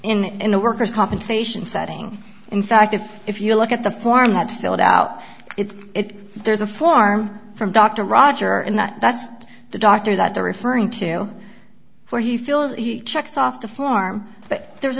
in the worker's compensation setting in fact if if you look at the form have to fill it out it's it there's a form from dr roger in that that's the doctor that they're referring to where he feels he checks off the form but there's